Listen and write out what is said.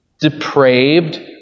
depraved